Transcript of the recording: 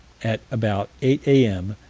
at about eight a m.